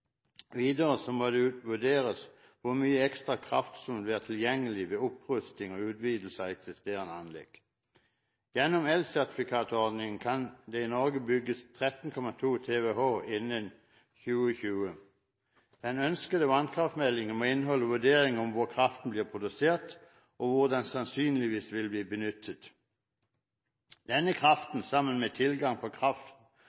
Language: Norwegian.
Videre må det vurderes hvor mye ekstra kraft som vil være tilgjengelig ved opprustning og utvidelse av eksisterende anlegg. Gjennom elsertifikatordningen kan det i Norge bygges 13,2 TWh innen 2020. Den ønskede vannkraftmeldingen må inneholde vurderinger av hvor kraften blir produsert og hvor den sannsynligvis vil bli benyttet. Denne